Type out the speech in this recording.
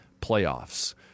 playoffs